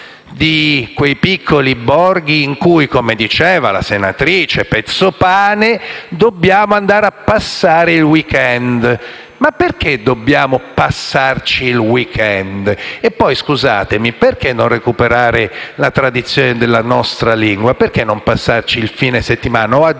di quei piccoli borghi in cui, come diceva la senatrice Pezzopane, dobbiamo andare a passare i *weekend*. Ma perché dobbiamo passarci il *weekend*? E poi, scusatemi, perché non recuperare la tradizione della nostra lingua: perché non passarci il fine settimana? O, aggiungo,